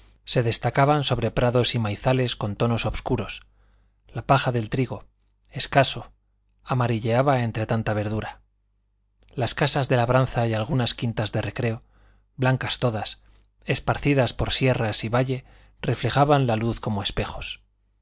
se destacaban sobre prados y maizales con tonos obscuros la paja del trigo escaso amarilleaba entre tanta verdura las casas de labranza y algunas quintas de recreo blancas todas esparcidas por sierra y valle reflejaban la luz como espejos